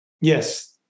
Yes